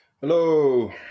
Hello